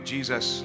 Jesus